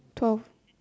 twelve